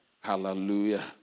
Hallelujah